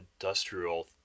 industrial